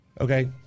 Okay